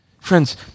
Friends